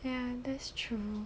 ya that's true